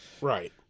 Right